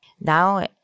Now